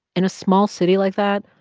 in a small city like that,